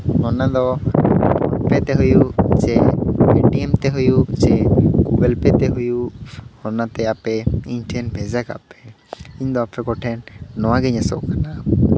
ᱚᱱᱟᱫᱚ PhonePe ᱛᱮ ᱦᱩᱭᱩᱜ ᱪᱮ ᱯᱮᱴᱤᱭᱮᱢ ᱛᱮ ᱦᱩᱭᱩᱜ ᱪᱮ ᱜᱩᱜᱩᱞ ᱯᱮ ᱛᱮ ᱦᱩᱭᱩᱜ ᱚᱱᱟᱛᱮ ᱟᱯᱮ ᱤᱧ ᱴᱷᱮᱱ ᱵᱷᱮᱡᱟ ᱠᱟᱜ ᱯᱮ ᱤᱧᱫᱚ ᱟᱯᱮ ᱠᱚᱴᱷᱮᱱ ᱱᱚᱣᱟᱜᱤᱧ ᱟᱸᱥᱚᱜ ᱠᱟᱱᱟ